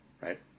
Right